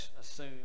assume